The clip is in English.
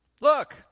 look